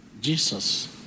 Jesus